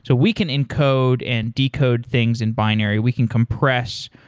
so we can encode and decode things in binary. we can compress.